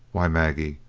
why, maggie,